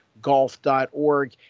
golf.org